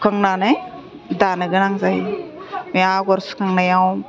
सुखांनानै दानो गोनां जायो बे आग'र सुखांनायाव